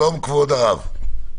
שלום כבוד הרב.